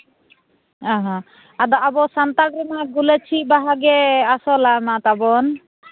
ᱚ ᱦᱚᱸ ᱟᱵᱚ ᱥᱟᱱᱛᱟᱲ ᱨᱮᱢᱟ ᱜᱩᱞᱟᱹᱪᱤ ᱵᱟᱦᱟᱜᱮ ᱟᱥᱚᱞᱟᱜ ᱜᱮ ᱛᱟᱵᱚᱱ